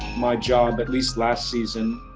my job, at least last season,